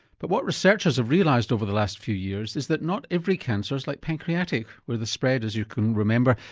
but what researchers have realised over the last few years is that not every cancer's like pancreatic where the spread, as you can remember,